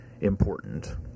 important